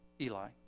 Eli